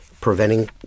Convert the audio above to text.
preventing